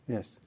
Yes